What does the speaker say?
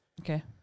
Okay